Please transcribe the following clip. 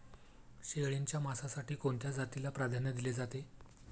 शेळीच्या मांसासाठी कोणत्या जातीला प्राधान्य दिले जाते?